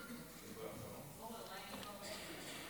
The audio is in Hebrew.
אדוני היושב-ראש,